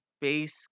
base